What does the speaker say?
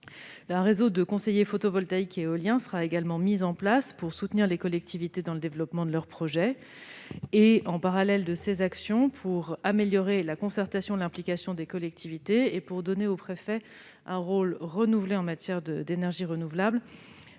Un réseau de conseillers sur le photovoltaïque et l'éolien sera également mis en place, afin de soutenir les collectivités dans le développement de leurs projets. En parallèle de ces actions, pour améliorer la concertation et l'implication des collectivités et pour donner aux préfets un rôle renouvelé en matière d'énergies renouvelables,